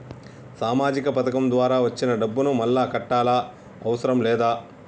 సామాజిక పథకం ద్వారా వచ్చిన డబ్బును మళ్ళా కట్టాలా అవసరం లేదా?